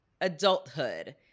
adulthood